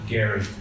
Gary